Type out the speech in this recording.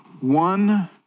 One